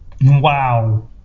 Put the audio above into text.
Wow